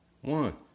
One